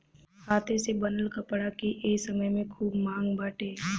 हाथे से बनल कपड़ा के ए समय में खूब मांग बाटे